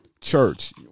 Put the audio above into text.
church